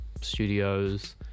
studios